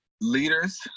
leaders